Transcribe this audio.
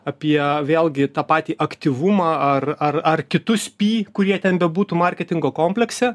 apie vėlgi tą patį aktyvumą ar ar ar kitus py kurie ten bebūtų marketingo komplekse